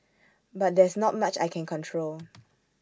but there's not much I can control